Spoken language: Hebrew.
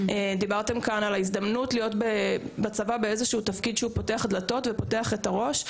דיברתם על ההזדמנות להיות בצבא בתפקיד שפותח דלתות ופותח את הראש,